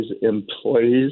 employees